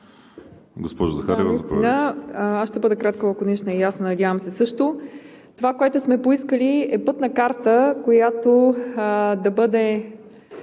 Аз ще бъда кратка, лаконична и ясна, надявам се също. Това, което сме поискали, е пътна карта, която да бъде